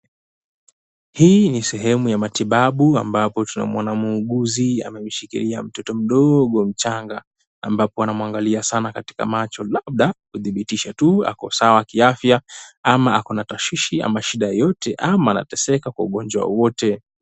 Hii ni sehemu ya matibabu ambapo tuna muona muuguzi amemshikilia mtoto mdogo mchanga ambapo anamwangalia sana kwa macho, labda kudhibitisha tu yuko sawa kiafya ama ako na taswishi yoyote ama shida yoyote ama anateseka kwa ugonjwa wowote.